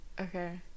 okay